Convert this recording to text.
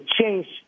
change